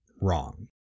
wrong